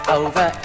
over